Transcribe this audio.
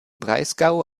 breisgau